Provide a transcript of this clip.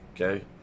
Okay